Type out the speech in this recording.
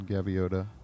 Gaviota